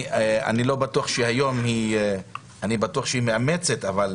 אני בטוח שהיום היא מאמצת את הדברים,